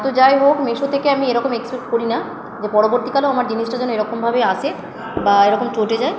তো যাই হোক মিশো থেকে আমি এরকম এক্সপেক্ট করি না যে পরবর্তীকালেও আমার জিনিসটা যেন এরকমভাবেই আসে বা এরকম চটে যায়